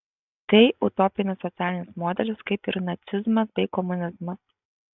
tai utopinis socialinis modelis kaip ir nacizmas bei komunizmas